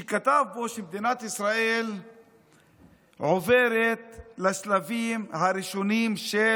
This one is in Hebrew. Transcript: שהוא כתב בו שמדינת ישראל עוברת לשלבים הראשונים של